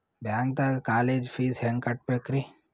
ಬ್ಯಾಂಕ್ದಾಗ college fees ಹೆಂಗ್ ಕಟ್ಟ್ಬೇಕ್ರಿ?